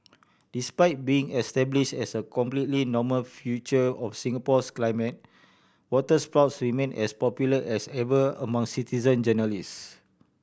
despite being establish as a completely normal feature of Singapore's climate waterspouts remain as popular as ever among citizen journalists